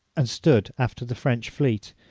and stood after the french fleet,